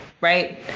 right